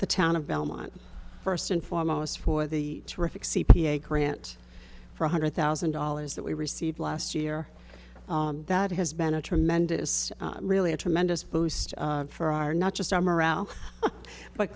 the town of belmont first and foremost for the terrific c p a grant one hundred thousand dollars that we received last year that has been a tremendous really a tremendous boost for our not just our morale but